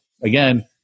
again